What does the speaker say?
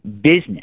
business